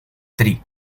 три